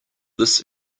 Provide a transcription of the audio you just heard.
this